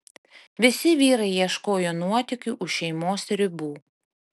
visi vyrai ieškojo nuotykių už šeimos ribų